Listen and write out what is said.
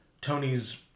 Tony's